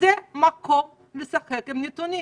זה מקום לשחק עם נתונים.